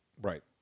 Right